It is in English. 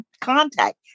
contact